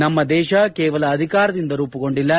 ನಮ್ನ ದೇಶ ಕೇವಲ ಅಧಿಕಾರದಿಂದ ರೂಪುಗೊಂಡಿಲ್ಲ